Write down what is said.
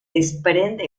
desprende